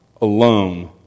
alone